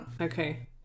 Okay